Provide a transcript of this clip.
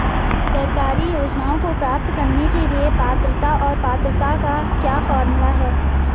सरकारी योजनाओं को प्राप्त करने के लिए पात्रता और पात्रता का क्या फार्मूला है?